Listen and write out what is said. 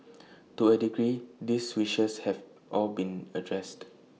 to A degree these wishes have all been addressed